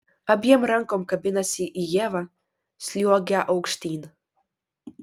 abiem rankom kabinasi į ievą sliuogia aukštyn